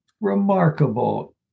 remarkable